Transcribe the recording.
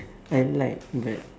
I like that